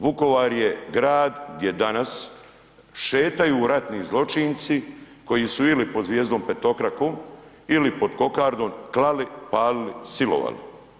Vukovar je grad gdje danas šetaju ratni zločinci koji su ili pod zvijezdom petokrakom ili pod kokardom klali, palili, silovali.